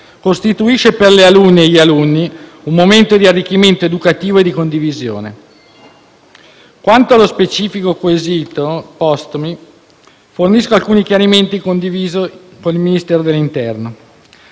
costituisce per le alunne e gli alunni un momento di arricchimento educativo e di condivisione. Quanto allo specifico quesito postomi, fornisco alcuni chiarimenti condivisi con il Ministero dell'interno.